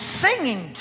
singing